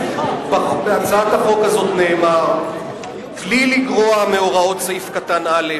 בהצעת החוק הזאת נאמר: "בלי לגרוע מהוראות סעיף קטן (א),